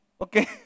Okay